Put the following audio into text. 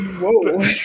Whoa